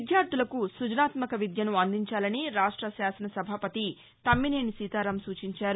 విద్యార్ధులకు స్బజనాత్మక విద్యను అందించాలని రాష్టశాసన సభాపతి తమ్మినేని సీతారాం సూచించారు